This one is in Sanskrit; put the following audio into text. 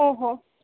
ओ हो